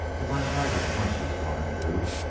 if i'm riding hunches one and two,